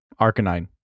Arcanine